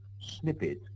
snippet